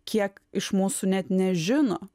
kiek iš mūsų net nežino